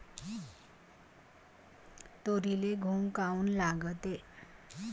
तुरीले घुंग काऊन लागते?